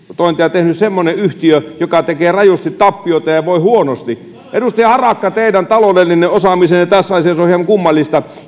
tehnyt semmoinen yhtiö joka tekee rajusti tappiota ja voi huonosti edustaja harakka teidän taloudellinen osaamisenne tässä asiassa on hieman kummallista